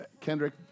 Kendrick